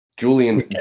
Julian